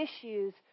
issues